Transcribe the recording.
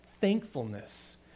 thankfulness